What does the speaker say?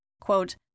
Quote